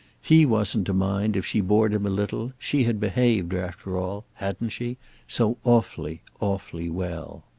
he wasn't to mind if she bored him a little she had behaved, after all hadn't she so awfully, awfully well.